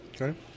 Okay